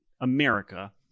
America